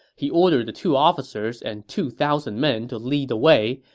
he ordered the two officers and two thousand men to lead the way,